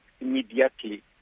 immediately